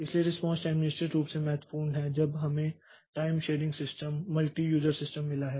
इसलिए response time निश्चित रूप से महत्वपूर्ण है जब हमें time sharing system multi user system मिला है